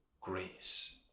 grace